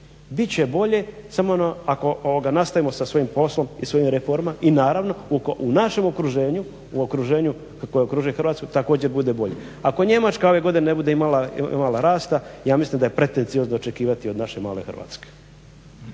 će bolje samo ako nastavimo sa svojim poslom i svojim reformama. I naravno u našem okruženju, okruženju koje okružuje Hrvatsku također bude bolje. Ako Njemačka ove godine ne bude imala rasta ja mislim da je pretenciozno očekivati od naše male Hrvatske.